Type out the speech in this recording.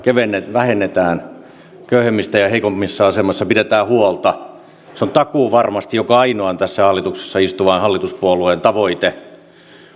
vähennetään köyhemmistä ja heikommassa asemassa olevista pidetään huolta se on takuuvarmasti joka ainoan tässä hallituksessa istuvan hallituspuolueen tavoite